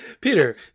Peter